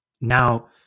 Now